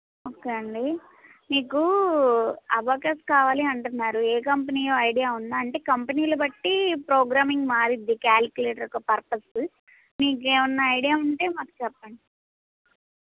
okay అండి మీకు abacus కావాలి అంటున్నారు ఏ కంపెనీయో ఐడియా ఉందా అంటే కంపెనీలు బట్టి ప్రోగ్రామింగ్ మారిద్ది క్యాలికులేటర్ యొక్క పర్పస్ మీకు ఏమన్న ఐడియా ఉంటే మాకు చెప్పండి